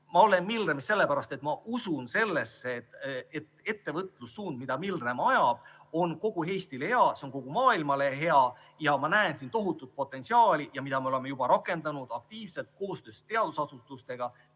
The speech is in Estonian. Ma olen Milremis sellepärast, et ma usun sellesse, et ettevõtlussuund, mida Milrem ajab, on kogu Eestile hea, on kogu maailmale hea. Ma näen siin tohutut potentsiaali, mida me oleme juba rakendanud aktiivselt koostöös teadusasutustega,